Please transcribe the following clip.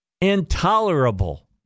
Intolerable